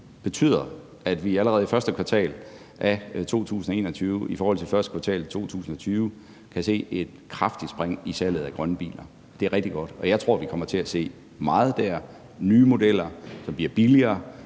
betyder, at vi allerede i første kvartal af 2021 i forhold til første kvartal af 2020 kan se et kraftigt spring i salget af grønne biler. Det er rigtig godt, og jeg tror, at vi kommer til at se meget der: nye modeller, som bliver billigere,